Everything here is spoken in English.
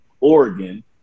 Oregon